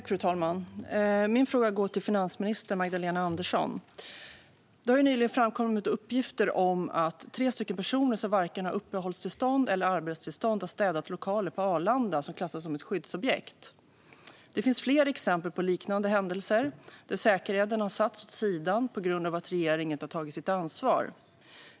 Fru talman! Min fråga går till finansminister Magdalena Andersson. Det har nyligen framkommit uppgifter om att tre personer som varken haft uppehållstillstånd eller arbetstillstånd har städat lokaler på Arlanda, som klassas som ett skyddsobjekt. Det finns fler exempel på liknande händelser där säkerheten satts åt sidan på grund av att regeringen inte har tagit sitt ansvar.